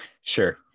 sure